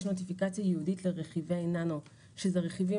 יש נוטיפיקציה ייעודית לרכיבי נאנו שאלה רכיבים